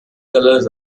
colors